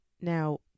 Now